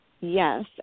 Yes